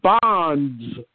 bonds